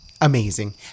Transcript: amazing